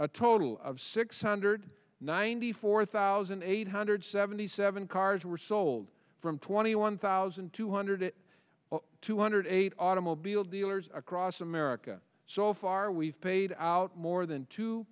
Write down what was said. a total of six hundred ninety four thousand eight hundred seventy seven cars were sold from twenty one thousand two hundred two hundred eight automobile dealers across america so far we've paid out more than two